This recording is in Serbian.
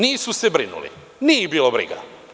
Nisu se brinuli, nije ih bilo briga.